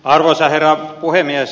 arvoisa herra puhemies